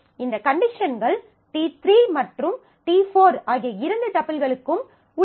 இந்த கண்டிஷன்கள் t3 மற்றும் t4 ஆகிய இரண்டு டப்பிள்களுக்கும் உள்ளன